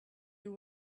you